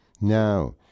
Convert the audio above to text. Now